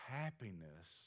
happiness